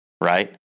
right